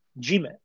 Gmail